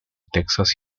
texas